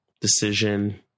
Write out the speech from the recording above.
decision